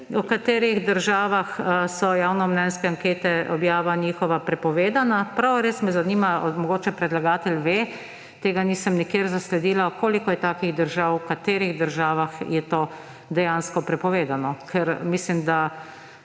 v katerih državah je objava javnomnenjskih anket prepovedana. Prav res me zanima. Mogoče predlagatelj ve, tega nisem nikjer zasledila, koliko je takih držav, v katerih državah je to dejansko prepovedano. Ker mislim, da